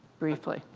briefly.